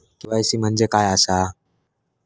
KYC म्हणजे काय आसा?